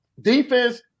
Defense